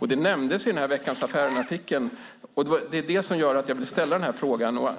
I artikeln i Veckans Affärer nämndes, och det är därför jag frågar,